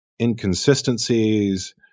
inconsistencies